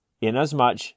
inasmuch